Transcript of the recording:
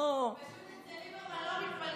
אצל ליברמן לא מתפלגים,